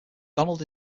donald